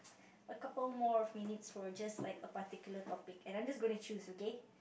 a couple more of minutes for just like a particular topic and I'm just gonna choose okay